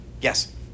yes